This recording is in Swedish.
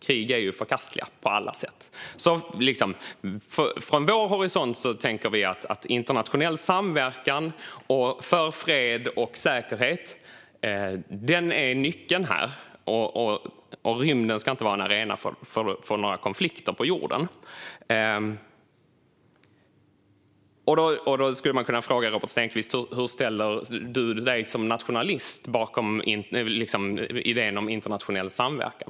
Krig är ju förkastliga på alla sätt. Från vår horisont tänker vi att internationell samverkan för fred och säkerhet är nyckeln, och rymden ska inte vara en arena för några konflikter på jorden. Då skulle man kunna fråga Robert Stenkvist: Hur ställer du dig, som nationalist, till idén om internationell samverkan?